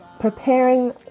preparing